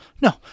No